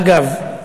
אגב,